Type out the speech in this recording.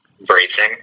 bracing